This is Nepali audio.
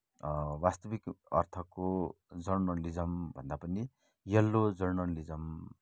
वास्तविक अर्थको जर्नलिज्मभन्दा पनि येलो जर्नलिज्म